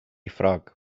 ffrog